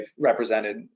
represented